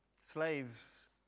Slaves